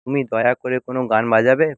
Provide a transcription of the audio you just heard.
তুমি দয়া করে কোনও গান বাজাবে